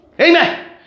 Amen